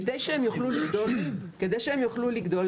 כדי שהם יוכלו לגדול,